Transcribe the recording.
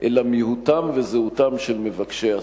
אלא מהותם וזהותם של מבקשי הזכויות.